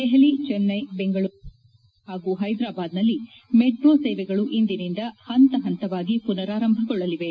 ದೆಹಲಿ ಚೆನ್ನೆ ಬೆಂಗಳೂರು ಅಹಮದಾಬಾದ್ ಹಾಗೂ ಹೈದ್ರಾಬಾದ್ನಲ್ಲಿ ಮೆಟ್ರೋ ಸೇವೆಗಳು ಇಂದಿನಿಂದ ಹಂತ ಹಂತವಾಗಿ ಪುನರಾರಂಭಗೊಳ್ಳಲಿವೆ